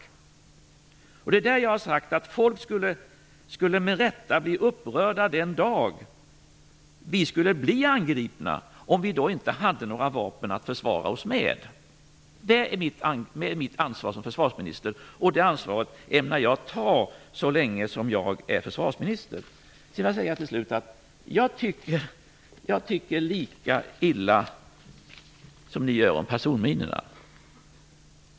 Det är i det sammanhanget jag har sagt att folk med rätta skulle bli upprörda den dag vi skulle bli angripna om vi inte hade några vapen att försvara oss med. Det är mitt ansvar som försvarsminister, och det ansvaret ämnar jag ta så länge som jag är försvarsminister. Till slut vill jag säga att jag tycker lika illa om personminorna som ni gör.